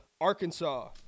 Arkansas